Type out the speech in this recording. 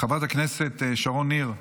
שרון ניר,